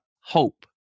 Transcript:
hope